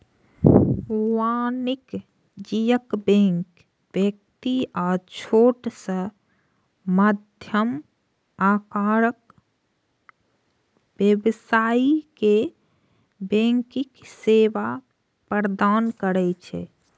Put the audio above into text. वाणिज्यिक बैंक व्यक्ति आ छोट सं मध्यम आकारक व्यवसायी कें बैंकिंग सेवा प्रदान करै छै